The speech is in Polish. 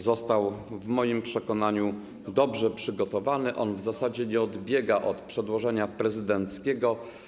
Został on w moim przekonaniu dobrze przygotowany i w zasadzie nie odbiega od przedłożenia prezydenckiego.